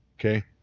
Okay